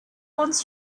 wants